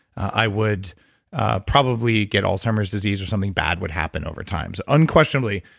i would probably get alzheimer's disease or something bad would happen over time. so, unquestionably,